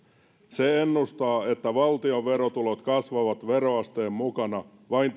se ennustaa että valtion verotulot kasvavat veroasteen mukana vain